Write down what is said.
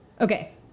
Okay